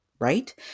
right